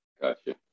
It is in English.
gotcha